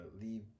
leave